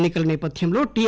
ఎన్ని కల నేపథ్యంలో టి